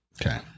Okay